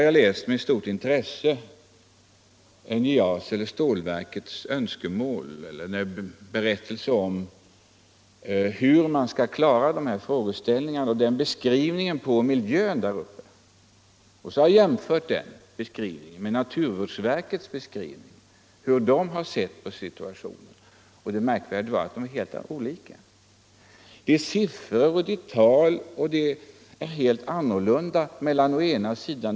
Jag har med stort intresse läst stålverkets berättelse om hur man skall kunna klara dessa frågor och beskrivning av miljön där uppe. Jag har jämfört den beskrivningen med naturvårdsverkets beskrivning och hur verket har sett på situationen. Det märkliga är att de beskrivningarna är helt olika.